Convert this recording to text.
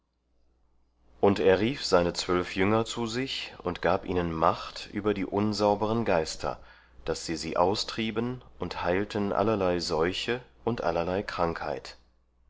und er rief seine zwölf jünger zu sich und gab ihnen macht über die unsauberen geister daß sie sie austrieben und heilten allerlei seuche und allerlei krankheit